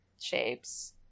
shapes